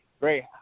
Great